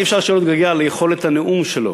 אי-אפשר שלא להתגעגע ליכולת הנאום שלו.